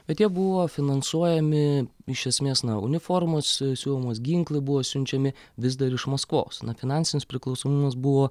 bet jie buvo finansuojami iš esmės na o uniformos siuvamos ginklai buvo siunčiami vis dar iš maskvos na finansinis priklausomumas buvo